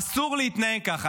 אסור להתנהג ככה.